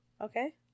Okay